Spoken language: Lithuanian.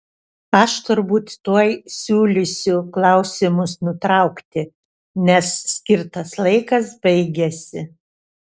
aš turbūt tuoj siūlysiu klausimus nutraukti nes skirtas laikas baigiasi